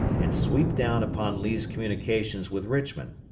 and sweep down upon lee's communications with richmond,